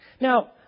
Now